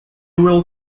will